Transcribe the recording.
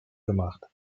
gemacht